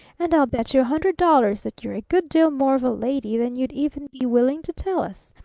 and i'll bet you a hundred dollars that you're a good deal more of a lady than you'd even be willing to tell us.